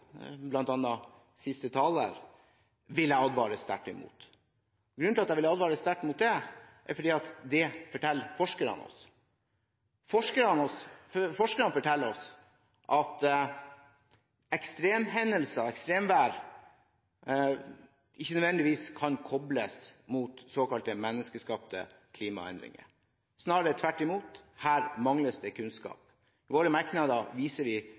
bl.a. siste taler, vil jeg advare sterkt imot. Grunnen til at jeg vil advare sterkt imot det, er at det forteller forskerne oss. Forskerne forteller oss at ekstremhendelser og ekstremvær ikke nødvendigvis kan kobles mot såkalte menneskeskapte klimaendringer, snarere tvert imot. Her mangler man kunnskap. I våre merknader viser vi